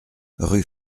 rue